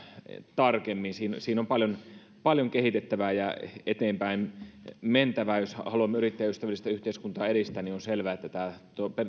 tarkemmin siinä siinä on paljon paljon kehitettävää ja eteenpäin mentävää jos haluamme yrittäjäystävällistä yhteiskuntaa edistää niin on selvää että